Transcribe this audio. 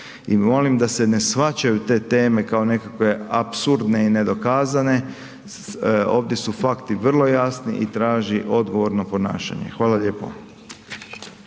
i molim da se ne shvaćaju te teme kao nekakve apsurdne i nedokazane, ovdje su fakti vrlo jasni i traži odgovorno ponašanje. Hvala lijepo.